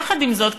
יחד עם זאת,